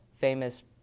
famous